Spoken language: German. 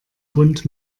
bund